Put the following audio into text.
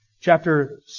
Chapter